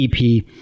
EP